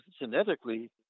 genetically